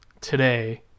today